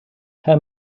her